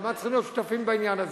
למה צריכים להיות שותפים בעניין הזה?